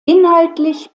inhaltlich